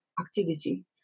activity